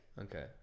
Okay